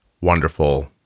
wonderful